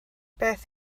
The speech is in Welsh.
beth